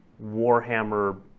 Warhammer